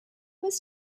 was